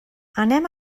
anem